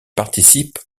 participe